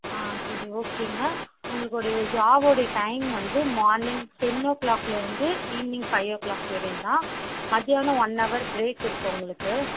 ஆ சரி ஓகேங்க உங்களுடைய ஜாபுடைய டைம் வந்து மார்னிங் டென் ஓ க்ளாக்கில் இருந்து ஈவினிங் ஃபைவ் ஓ க்ளாக் வரையும்தான் மத்தியானம் ஒன் ஹவர் ப்ரேக் இருக்குது உங்களுக்கு